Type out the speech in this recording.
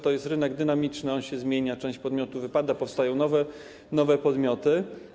To rynek dynamiczny, on się zmienia, część podmiotów wypada, powstają nowe podmioty.